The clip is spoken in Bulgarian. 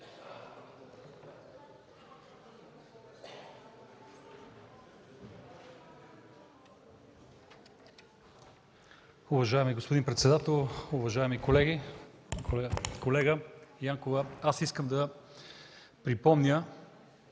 Уважаеми господин председател, уважаеми колеги! Колега Янкова, аз искам да припомня,